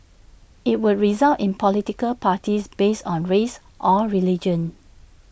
IT would result in political parties based on race or religion